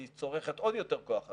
היא צורכת עוד יותר כוח אדם.